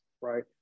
right